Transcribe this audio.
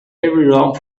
everyone